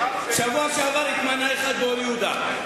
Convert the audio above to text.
בשבוע שעבר התמנה אחד באור-יהודה,